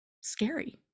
scary